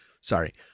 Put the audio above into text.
sorry